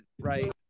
right